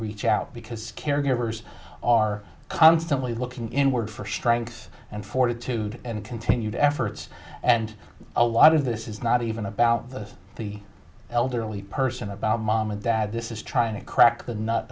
reach out because caregivers are constantly looking inward for strength and fortitude and continued efforts and a lot of this is not even about the the elderly person about mom and dad this is trying to crack the n